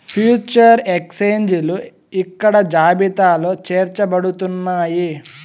future ఎక్స్చేంజిలు ఇక్కడ జాబితాలో చేర్చబడుతున్నాయి